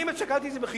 אני שקלתי את זה בחיוב,